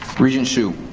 regent hsu?